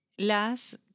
las